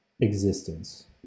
Existence